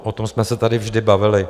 O tom jsme se tady vždy bavili.